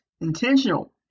intentional